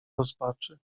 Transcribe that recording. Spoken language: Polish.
rozpaczy